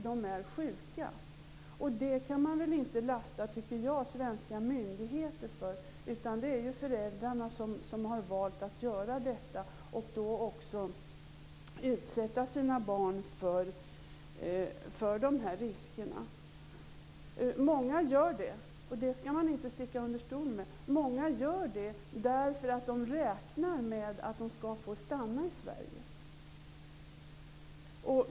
De är sjuka. Det tycker jag inte att man kan lasta svenska myndigheter för. Det är föräldrarna som har valt att göra detta och då också utsätta sina barn för dessa risker. Många gör det - det skall man inte sticka under stol med - därför att de räknar med att de skall få stanna i Sverige.